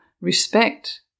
respect